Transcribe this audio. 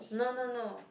no no no